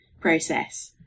process